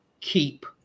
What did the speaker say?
Keep